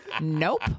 Nope